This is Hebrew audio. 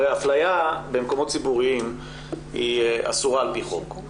הרי האפליה במקומות ציבוריים אסורה על פי חוק,